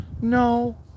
no